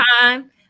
time